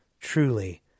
Truly